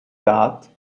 that